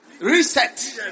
reset